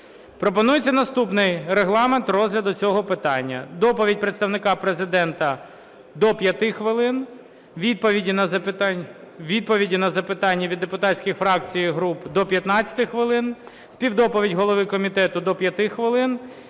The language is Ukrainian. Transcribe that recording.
Пропонується наступний регламент розгляду цього питання: доповідь представника Президента – до 5 хвилин, відповіді на запитання від депутатських фракцій і груп – до 15 хвилин, співдоповідь голови комітету – до 5 хвилин.